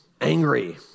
angry